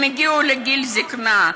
הם הגיעו לגיל זיקנה,